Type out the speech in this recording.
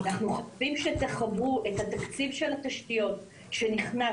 אנחנו חייבים שתחברו את התקציב של התשתיות שנכנס,